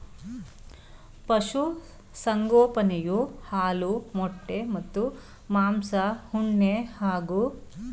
ಪಶುಸಂಗೋಪನೆಯು ಹಾಲು ಮೊಟ್ಟೆ ಮತ್ತು ಮಾಂಸ ಉಣ್ಣೆ ಹಾಗೂ ಸಗಣಿ ಮತ್ತು ಚರ್ಮನ ಪೂರೈಸುತ್ತೆ